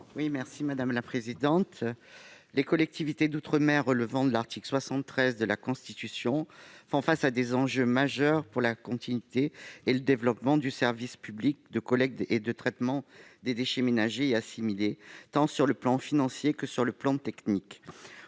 Mme Viviane Malet. Les collectivités d'outre-mer relevant de l'article 73 de la Constitution font face à des enjeux majeurs pour la continuité et le développement du service public de collecte et de traitement des déchets ménagers et assimilés, sur le plan tant financier que technique.